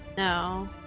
No